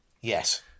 Yes